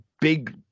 big